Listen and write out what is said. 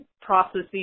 processes